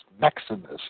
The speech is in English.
Maximus